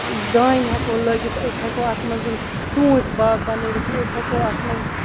دانہِ ہیٚکو لٲگِتھ أسۍ ہیٚکو اَتھ منٛز ژوٗنٛٹھۍ باغ بَنٲوِتھ أسۍ ہیٚکو اَتھ منٛز